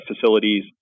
facilities